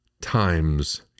times